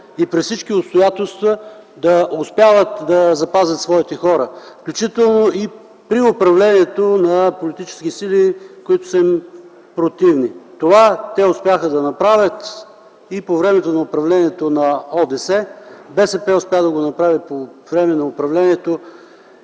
и при всички обстоятелства да успяват да запазят своите хора, включително и при управлението на политическите сили, които са им противници. Това те успяха да направят и по времето на управлението на ОДС. БСП успя да го направи и по време на управлението